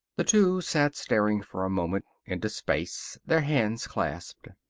the two sat staring for a moment into space, their hands clasped.